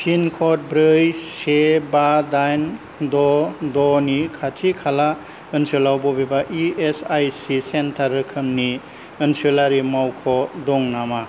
pin code ब्रै से बा दाइन द' द' नि खाथि खाला ओनसोलाव बबेबा E S I C centre रोखोमनि ओनसोलारि मावख' दं नामा